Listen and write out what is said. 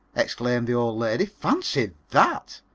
exclaimed the old lady. fancy that!